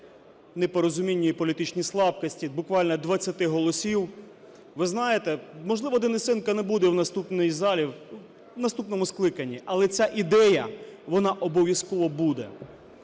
непорозуміння і політичні слабкості буквально 20 голосів, ви знаєте, можливо, Денисенка не буде в наступній залі, в наступному скликанні, але ця ідея вона обов'язково буде.